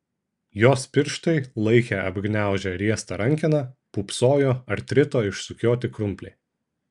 jos pirštai laikė apgniaužę riestą rankeną pūpsojo artrito išsukioti krumpliai